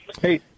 Hey